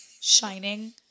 shining